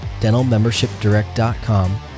dentalmembershipdirect.com